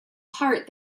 heart